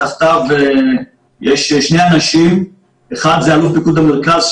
תחתיו יש שני אנשים: אחד זה אלוף פיקוד מרכז,